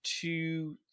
two